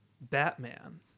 Batman